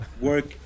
work